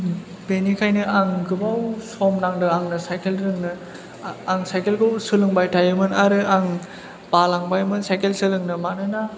बेनिखायनो आं गोबाव सम नांदों आंनो साइकेल रोंनो आं साइकेल खौ सोलोंबाय थायोमोन आरो आं बालांबायमोन साइकेल सोलोंनो मानोना आंहा